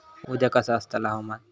उद्या कसा आसतला हवामान?